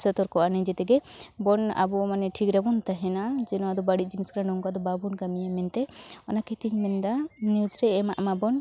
ᱥᱚᱛᱚᱨᱠᱚᱼᱟ ᱱᱤᱡᱮ ᱛᱮᱜᱮ ᱵᱚᱱ ᱟᱵᱚ ᱢᱟᱱᱮ ᱴᱷᱤᱠ ᱨᱮᱵᱚᱱ ᱛᱮᱦᱮᱱᱟ ᱡᱮ ᱱᱚᱣᱟᱫᱚ ᱵᱟᱹᱲᱤᱡ ᱡᱤᱱᱤᱥ ᱠᱟᱱᱟ ᱱᱚᱝᱠᱟ ᱫᱚ ᱵᱟᱵᱚᱱ ᱠᱟᱹᱢᱤᱭᱟ ᱢᱮᱱᱛᱮ ᱚᱱᱟ ᱠᱷᱟᱹᱛᱤᱨ ᱛᱮᱧ ᱢᱮᱱᱫᱟ ᱱᱤᱣᱩᱡᱽ ᱨᱮ ᱮᱢᱟᱜ ᱢᱟᱵᱚᱱ